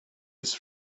his